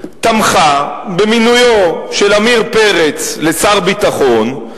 תמכה במינויו של עמיר פרץ לשר הביטחון,